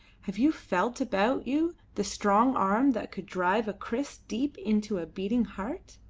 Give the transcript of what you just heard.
have you felt about you the strong arm that could drive a kriss deep into a beating heart?